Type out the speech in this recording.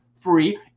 free